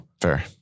Fair